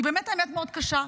כי באמת האמת מאוד קשה,